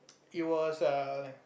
it was err like